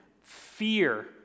fear